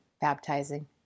baptizing